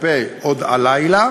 עומד על הדוכן הזה,